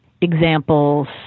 examples